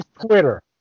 Twitter